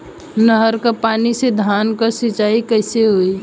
नहर क पानी से धान क सिंचाई कईसे होई?